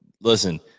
Listen